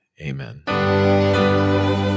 Amen